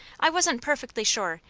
i wasn't perfectly sure,